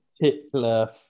particular